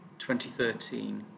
2013